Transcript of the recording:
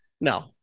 No